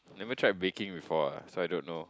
never tried baking before ah so I don't know